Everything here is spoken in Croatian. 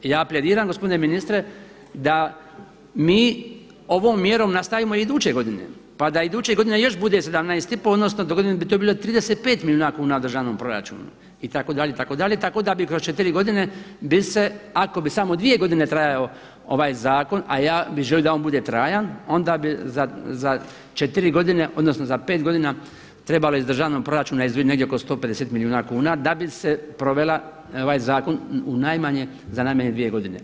Ja apeliram gospodine ministre da mi ovom mjerom nastavimo i iduće godine pa da iduće godine još bude 17,5 odnosno dogodine bi to bilo 35 milijuna kuna u državnom proračunu itd., itd. tako da bi kroz četiri godine bi se ako bi samo dvije godine trajao ovaj zakon, a ja bih želio da on bude trajan, onda bi za četiri godine odnosno za pet godina trebalo iz državnog proračuna izdvojiti negdje oko 150 milijuna kuna da bi se proveo ovaj zakon za najmanje dvije godine.